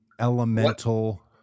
elemental